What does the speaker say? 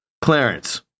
Clarence